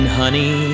honey